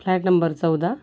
flat number चौदा